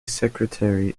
secretary